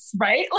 right